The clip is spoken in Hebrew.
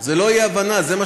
הייתה פה אי-הבנה.